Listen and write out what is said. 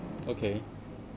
okay